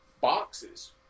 boxes